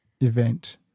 event